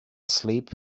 asleep